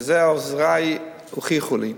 ואת זה עוזרי הוכיחו לי: